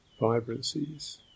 vibrancies